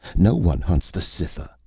no one hunts the cytha.